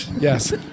Yes